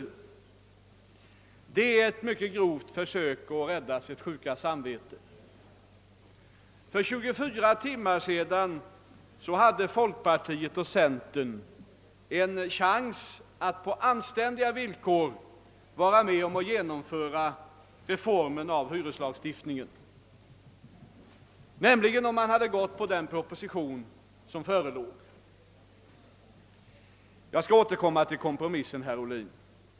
Detta är ett mycket grovt försök att freda sitt sjuka samvete. För tjugofyra timmar sedan hade folkpartiet och centern en chans att på anständiga villkor vara med om att genomföra reformen av hyreslagstiftningen, nämligen om man hade antagit den proposition som förelåg. Ja, jag skall återkomma till kompromissen, herr Ohlin.